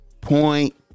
point